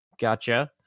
Gotcha